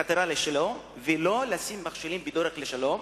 בחתירה לשלום ולא ישימו מכשולים בדרך לשלום,